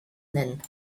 nennen